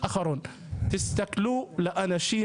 תסתכלו לאנשים,